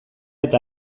eta